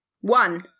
One